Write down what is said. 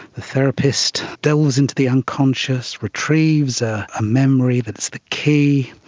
the therapist delves into the unconscious, retrieves a ah memory that is the key,